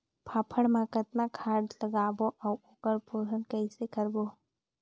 फाफण मा कतना खाद लगाबो अउ ओकर पोषण कइसे करबो?